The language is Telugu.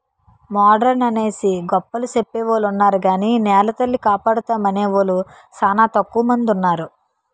మోడరన్ అనేసి గొప్పలు సెప్పెవొలున్నారు గాని నెలతల్లిని కాపాడుతామనేవూలు సానా తక్కువ మందున్నారు